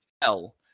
tell